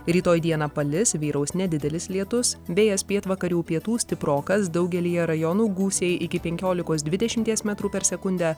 rytoj dieną palis vyraus nedidelis lietus vėjas pietvakarių pietų stiprokas daugelyje rajonų gūsiai iki penkiolikos dvidešimties metrų per sekundę